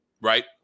Right